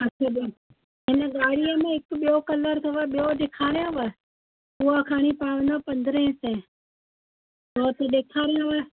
हां से बि हिन ॻाढ़ीअ में हिकु ॿियो कलर अथव ॿियो ॾेखारियांव में उहो खणी पवंदव पंदरहां सौ चओ त ॾेखारियांव